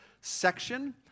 section